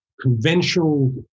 conventional